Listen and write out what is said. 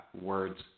words